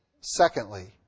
Secondly